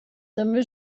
també